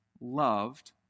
loved